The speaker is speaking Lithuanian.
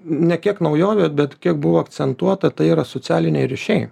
ne kiek naujovė bet kiek buvo akcentuota tai yra socialiniai ryšiai